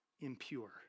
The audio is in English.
impure